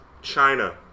China